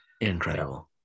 Incredible